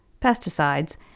pesticides